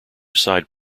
side